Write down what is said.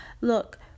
look